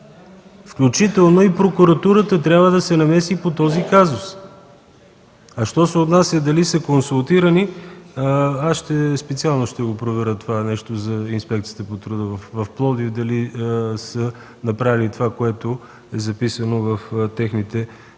включително и прокуратурата трябва да се намеси по този казус. А що се отнася до това дали са консултирани, аз специално ще проверя за Инспекцията по труда в Пловдив дали са направили това, което е записано в техните